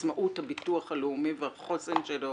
עצמאות הביטוח הלאומי והחוזק שלו